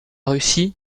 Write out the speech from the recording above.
russie